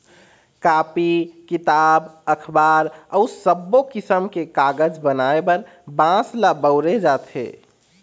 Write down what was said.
copy, किताब, अखबार अउ सब्बो किसम के कागज बनाए बर बांस ल बउरे जाथे